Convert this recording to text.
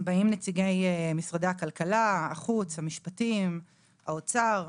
באים נציגי משרד הכלכלה, החוץ, המשפטים, האוצר.